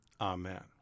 Amen